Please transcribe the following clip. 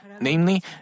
Namely